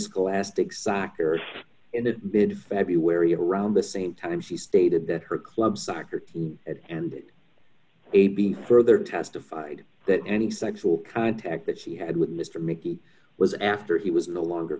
scholastic soccer in a bid february around the same time she stated d that her club soccer team at and it may be further testified that any sexual contact that she had with mr mickey was af he was no longer